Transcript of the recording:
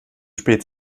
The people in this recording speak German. spät